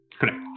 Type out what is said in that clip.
Correct